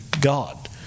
God